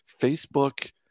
Facebook